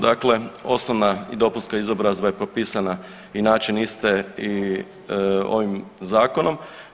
Dakle osnovna dopunska izobrazba je propisana i način iste i ovim zakonom.